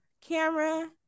Camera